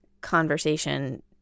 conversation